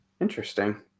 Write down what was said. Interesting